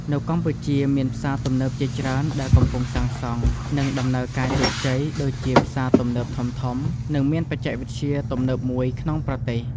នៅកម្ពុជាមានផ្សារទំនើបជាច្រើនដែលកំពុងសាងសង់ និងដំណើរការជោគជ័យ ដូចជា ផ្សារទំនើបធំៗ និងមានបច្ចេកវិទ្យាទំនើបមួយក្នុងប្រទេស។